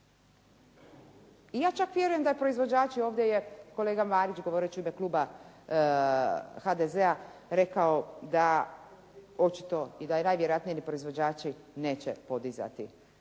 I ja čak vjerujem da proizvođače je ovdje je kolega Marić govoreći u ime kluba HDZ-a rekao da je očito i da najvjerojatnije ni proizvođači neće podizati